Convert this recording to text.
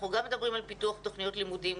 אנחנו מדברים על פיתוח תוכניות לימודים,